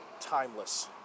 timeless